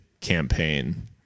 campaign